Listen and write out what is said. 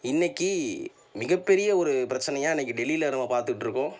இன்றைக்கி மிகப்பெரிய ஒரு பிரச்சனையாக இன்றைக்கி டெல்லியில் நம்ம பார்த்துட்ருக்கோம்